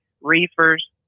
reefers